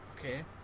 Okay